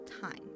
time